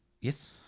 Yes